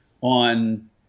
on